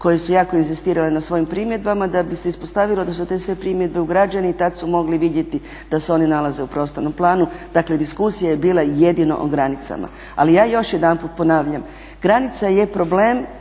koje su jako inzistirale na svojim primjedbama da bi se ispostavilo da su te sve primjedbe ugrađene i tad su mogli vidjeti da se one nalaze u prostornom planu. Dakle diskusija je bila jedino o granicama. Ali ja još jedanput ponavljam, granica je problem